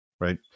right